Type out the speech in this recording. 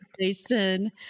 Jason